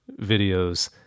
videos